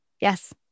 Yes